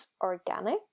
Organic